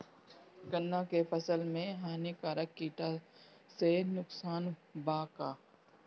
गन्ना के फसल मे हानिकारक किटो से नुकसान बा का?